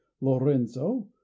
lorenzo